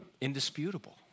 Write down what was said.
indisputable